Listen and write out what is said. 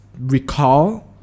Recall